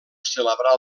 celebrar